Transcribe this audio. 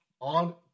on